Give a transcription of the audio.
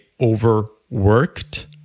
overworked